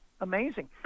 amazing